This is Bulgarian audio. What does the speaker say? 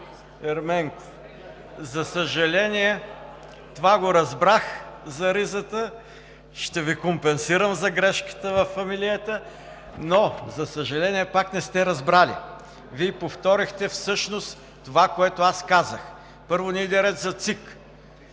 Ерменков. (Реплика: „Риза!“) Това го разбрах за ризата, ще Ви компенсирам за грешката във фамилията. Но, за съжаление, пак не сте разбрали – Вие повторихте всъщност това, което аз казах. Първо, не иде реч за ЦИК,